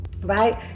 Right